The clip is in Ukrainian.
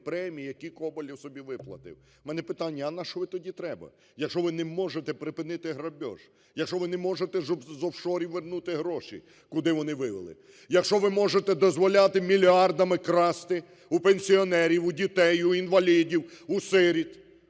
премії, які Коболєв собі виплатив". У мене питання: а нащо ви тоді треба, якщо ви не можете припинити грабіж, якщо ви не можете з офшорів вернути гроші, куди вони вивели; якщо ви можете дозволяти мільярдами красти у пенсіонерів, у дітей, у інвалідів, у сиріт,